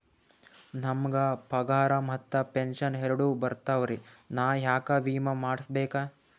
ನಮ್ ಗ ಪಗಾರ ಮತ್ತ ಪೆಂಶನ್ ಎರಡೂ ಬರ್ತಾವರಿ, ನಾ ಯಾಕ ವಿಮಾ ಮಾಡಸ್ಬೇಕ?